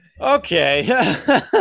Okay